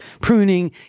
pruning